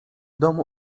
domu